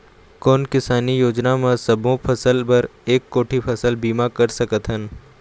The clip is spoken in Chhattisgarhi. कोन किसानी योजना म सबों फ़सल बर एक कोठी फ़सल बीमा कर सकथन?